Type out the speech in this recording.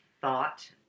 thought